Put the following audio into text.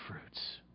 fruits